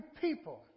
people